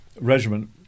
Regiment